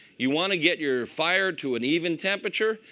you want to get your fire to an even temperature,